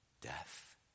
Death